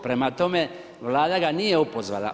Prema tome, Vlada ga nije opozvala.